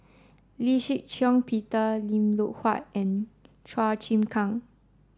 Lee Shih Shiong Peter Lim Loh Huat and Chua Chim Kang